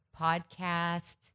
podcast